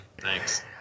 Thanks